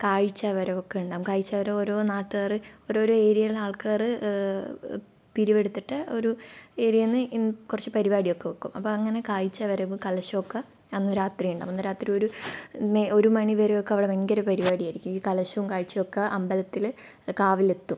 കാഴ്ചവരവ് ഒക്കെ ഉണ്ടാവും കാഴ്ചവരവ് ഓരോ നാട്ടുകാർ ഓരോരോ എരിയയിലുള്ള ആൾക്കാർ പിരിവെടുത്തിട്ട് ഒരു ഏരിയയിൽ നിന്ന് കുറച്ച് പരിപാടിയൊക്കെ വയ്ക്കും അപ്പം അങ്ങനെ കാഴ്ചവരവ് കലശമൊക്ക അന്നു രാത്രി ഉണ്ടാവും അന്ന് രാത്രി ഒരു ഒരു മണി വരെ ഒക്കെ അവിടെ ഭയങ്കര പരിപാടി ആയിരിക്കും ഈ കലശവും കാഴ്ചയൊക്ക അമ്പലത്തിൽ കാവിലെത്തും